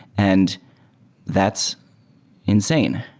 and that's insane.